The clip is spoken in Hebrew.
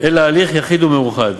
אלא הליך יחיד ומאוחד.